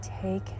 Take